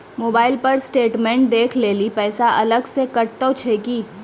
Mobile पर statement देखे लेली पैसा अलग से कतो छै की?